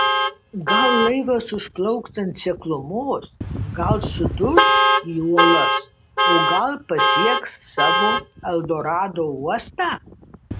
gal laivas užplauks ant seklumos gal suduš į uolas o gal pasieks savo eldorado uostą